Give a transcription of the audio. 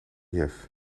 jef